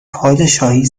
پادشاهی